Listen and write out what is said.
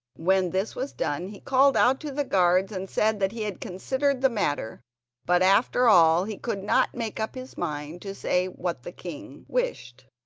when this was done he called out to the guards and said that he had considered the matter but after all he could not make up his mind to say what the king wished.